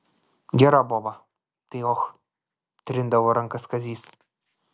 gera boba tai och trindavo rankas kazys